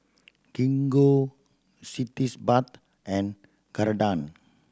Gingko cities bath and Ceradan